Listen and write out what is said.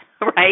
right